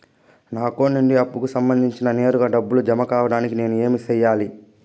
నా అకౌంట్ నుండి అప్పుకి సంబంధించి నేరుగా డబ్బులు జామ కావడానికి నేను ఏమి సెయ్యాలి?